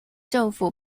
政府